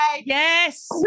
yes